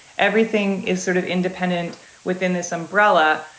everything is sort of independent within this umbrella.